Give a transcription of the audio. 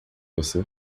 você